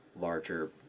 larger